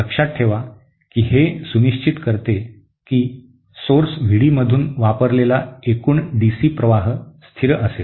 लक्षात ठेवा की हे सुनिश्चित करते की स्त्रोत व्ही डीमधून वापरलेला एकूण डीसी प्रवाह स्थिर असेल